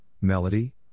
Melody